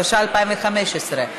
התשע"ה 2015,